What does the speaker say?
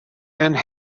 and